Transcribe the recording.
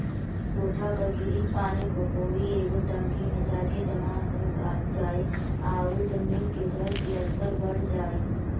कोठा पर गिरित पानी कोई एगो टंकी में जाके जमा हो जाई आउ जमीन के जल के स्तर बढ़ जाई